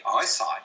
eyesight